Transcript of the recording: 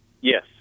yes